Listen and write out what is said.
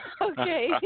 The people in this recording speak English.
Okay